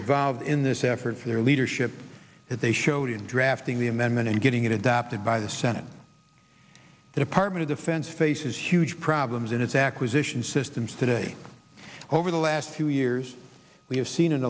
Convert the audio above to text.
involved in this effort for their leadership as they showed in drafting the amendment and getting it adopted by the senate the department of defense faces huge problems in its acquisition systems today over the last few years we have seen an